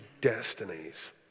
destinies